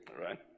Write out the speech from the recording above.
right